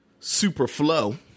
Superflow